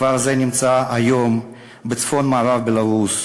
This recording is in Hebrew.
הכפר הזה נמצא היום בצפון-מערב בלרוס.